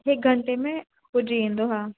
हिकु घंटे में पुॼी वेंदो हा